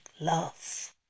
love